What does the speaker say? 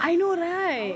I know right